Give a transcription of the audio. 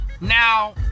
Now